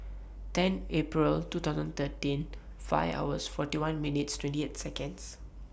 ten April two thousand thirteen five hours forty one minutes twenty eight Seconds